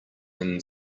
him